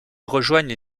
rejoignent